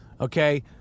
Okay